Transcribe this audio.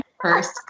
first